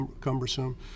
cumbersome